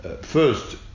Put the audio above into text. First